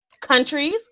countries